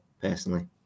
Personally